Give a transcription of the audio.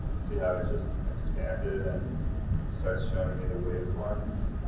see how it just expanded and starts showing you the wave forms?